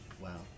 Wow